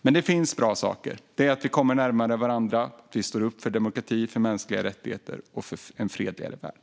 Men det finns bra saker: Vi kommer närmare varandra, och vi står upp för demokrati, mänskliga rättigheter och en fredligare värld.